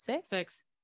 six